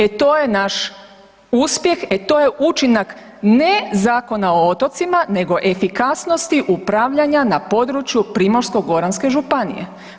E to je naš uspjeh, e to je učinak ne Zakona o otocima, efikasnosti upravljanja na području Primorsko-goranske županije.